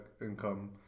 income